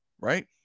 right